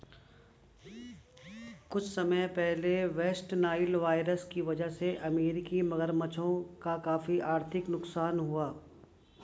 कुछ समय पहले वेस्ट नाइल वायरस की वजह से अमेरिकी मगरमच्छों का काफी आर्थिक नुकसान हुआ